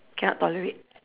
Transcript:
cannot tolerate